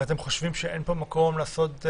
ואתם חושבים שאין מקום לעשות,